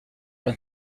ran